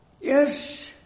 Yes